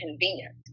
convenient